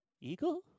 Eagle